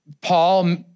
Paul